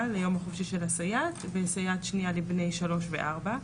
ליום החופשי של הסייעת וסייעת שנייה לבני שלוש וארבע.